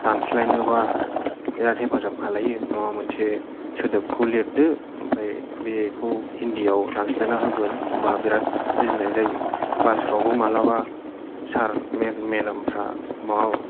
दानस्लायनोबा बेराथ हेफाजाब खालायो माबा मोनसे सोदोबखौ लिरदो ओमफ्राय बेखौ हिन्दिआव दानस्लायना होगोन होनबा बेराथ बुजिनाय जायो क्लास फ्रावबो मालाबा सार मेदाम फ्रा मा